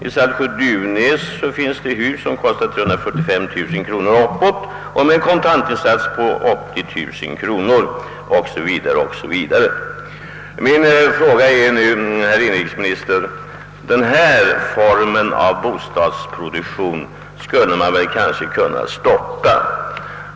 I Saltsjö-Duvnäs finns det hus som kostar 345 000 kronor och uppåt med en kontantinsats på 80 000 kronor, 0. S. Vv. Jag frågar mig nu, herr inrikesminister, om man inte skulle kunna stoppa denna form av bostadsproduktion.